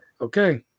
Okay